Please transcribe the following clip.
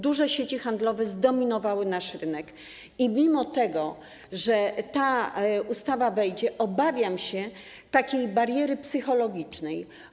Duże sieci handlowe zdominowały nasz rynek i mimo że ta ustawa wejdzie, obawiam się pewnej bariery psychologicznej.